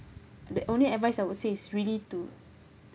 the only advice I would say is really to